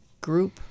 group